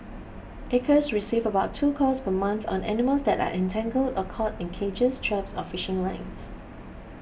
acres receives about two calls per month on animals that are entangled or caught in cages traps or fishing lines